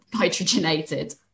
nitrogenated